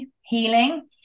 healing